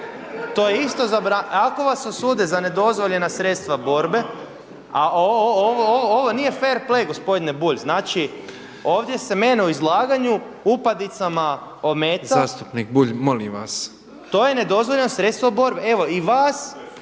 To je isto zabranjeno, ako vas osude za nedozvoljena sredstva borbe a ovo nije fair play gospodine Bulj. Znači, ovdje se mene u izlaganju upadicama ometa. …/Upadica predsjednik: Zastupniče Bulj, molim vas./… To je nedozvoljeno sredstvo borbe. Evo i vas